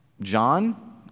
John